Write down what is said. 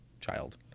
child